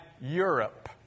europe